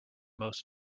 most